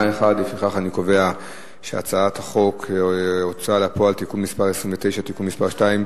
ההצעה להעביר את הצעת חוק ההוצאה לפועל (תיקון מס' 29) (תיקון מס' 2),